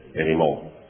anymore